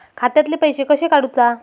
खात्यातले पैसे कशे काडूचा?